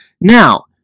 Now